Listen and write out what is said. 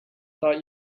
thought